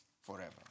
forever